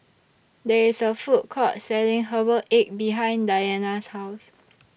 There IS A Food Court Selling Herbal Egg behind Dianna's House